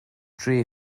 tri